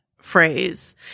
phrase